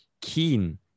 keen